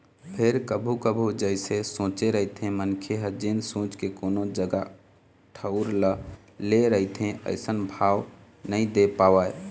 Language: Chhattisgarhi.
फेर कभू कभू जइसे सोचे रहिथे मनखे ह जेन सोच के कोनो जगा ठउर ल ले रहिथे अइसन भाव नइ दे पावय